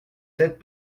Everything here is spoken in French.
sept